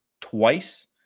twice